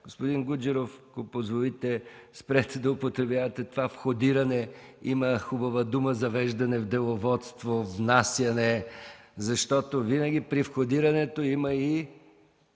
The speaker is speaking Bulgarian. Господин Гуджеров, ако позволите, спрете да употребявате думата „входиране”. Има хубава дума „завеждане” в деловодство, „внасяне”, защото винаги при входирането има и